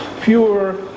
fewer